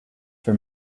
for